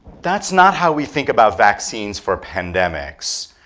that's not how we think about vaccines for pandemics.